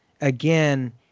Again